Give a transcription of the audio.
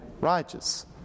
righteous